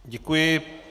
Děkuji.